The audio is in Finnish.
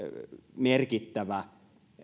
merkittävä